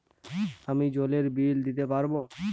আমি জলের বিল দিতে পারবো?